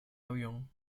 avión